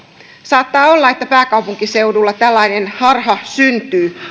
saattaa olla että pääkaupunkiseudulla tällainen harha syntyy